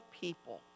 people